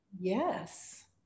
yes